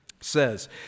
says